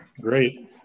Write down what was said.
Great